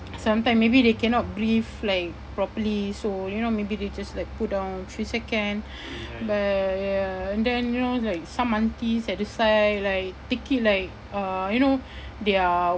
sometime maybe they cannot breathe like properly so you know maybe they just like put down few second but ya and then you know like some aunties at the side like take it like uh you know their